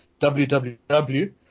WWW